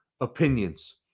opinions